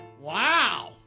Wow